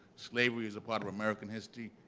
slavery is a part of american history,